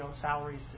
salaries